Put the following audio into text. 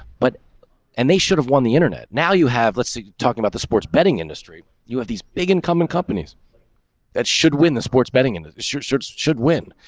but and they should have won the internet. now you have. let's talk about the sports betting industry. you have these big incoming companies that should win the sports betting in the short shorts should win,